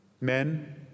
Men